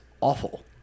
awful